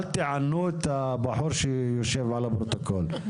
אל תענו את האדם שיושב על הפרוטוקול.